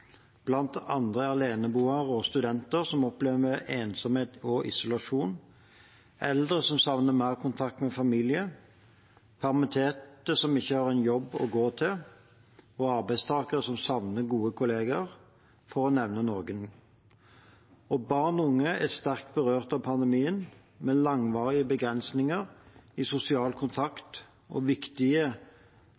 aleneboere og studenter, som opplever ensomhet og isolasjon, eldre som savner mer kontakt med familie, permitterte som ikke har en jobb å gå til, og arbeidstakere som savner gode kollegaer – for å nevne noe. Barn og unge er sterkt berørt av pandemien, med langvarige begrensninger i sosial